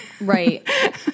Right